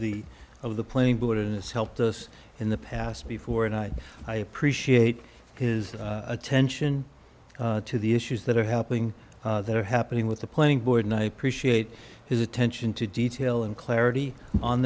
the of the playing board and it's helped us in the past before and i i appreciate his attention to the issues that are happening that are happening with the playing board ny appreciate his attention to detail and clarity on